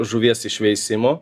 žuvies išveisimo